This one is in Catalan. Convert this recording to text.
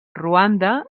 ruanda